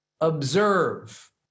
observe